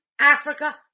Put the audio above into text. Africa